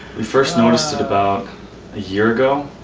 we first noticed it about a year ago.